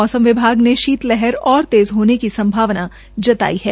मौसम विभाग ने शीतलहर और तेज़ होने की संभावना है